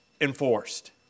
enforced